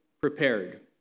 prepared